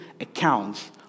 accounts